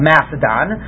Macedon